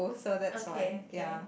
okay okay